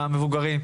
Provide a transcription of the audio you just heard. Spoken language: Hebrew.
המבוגרים,